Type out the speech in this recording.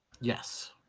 Yes